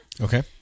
Okay